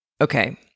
Okay